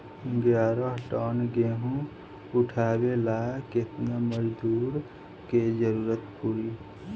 ग्यारह टन गेहूं उठावेला केतना मजदूर के जरुरत पूरी?